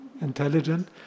intelligent